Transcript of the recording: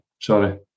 Sorry